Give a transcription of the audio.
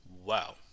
Wow